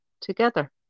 together